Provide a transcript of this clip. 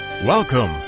Welcome